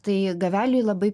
tai gaveliui labai